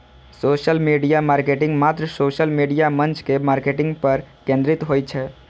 social media marketing मात्र social media मंच के मार्केटिंग पर केंद्रित होइ छै